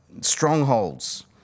strongholds